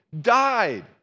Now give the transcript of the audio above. died